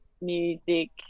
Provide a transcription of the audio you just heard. music